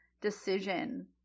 decision